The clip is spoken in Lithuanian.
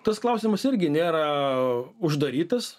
tas klausimas irgi nėra uždarytas